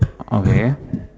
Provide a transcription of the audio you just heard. oh where